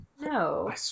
No